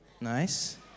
Nice